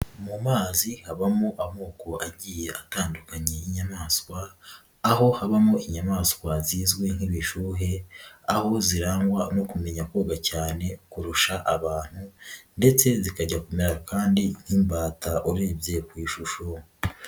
Mu mazi habamo amoko agiye atandukanye y'inyamaswa aho habamo inyamaswa zizwi nk'ibishuhe aho zirangwa no kumenya koga cyane kurusha abantu ndetse zikajya kumera kandi nk'imbata urebye ku ishusho.